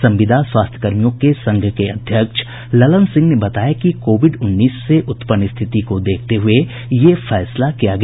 संविदा स्वास्थ्य कर्मियों के संघ के अध्यक्ष ललन सिंह ने बताया कि कोविड उन्नीस से उत्पन्न स्थिति को देखते हुये यह फैसला किया गया